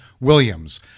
Williams